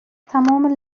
تمام